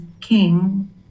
King